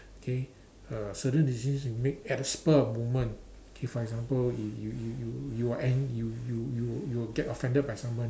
okay uh certain decisions you make at the spur of the moment okay for example if you you you you are an~ you you you get offended by someone